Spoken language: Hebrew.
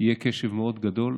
יהיה קשב מאוד גדול.